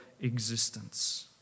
existence